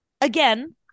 Again